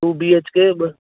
two B H K